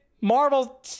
Marvel